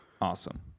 Awesome